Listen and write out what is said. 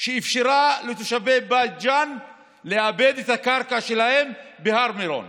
שאפשרה לתושבי בית ג'ן לעבד את הקרקע שלהם בהר מירון,